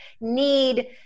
need